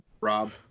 Rob